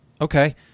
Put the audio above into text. okay